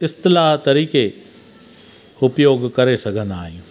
इस्तलाह तरीक़े उपयोग करे सघंदा आहियूं